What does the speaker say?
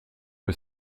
que